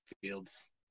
fields